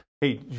Hey